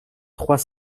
trois